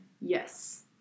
Yes